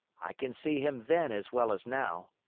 i can see him then as well as now.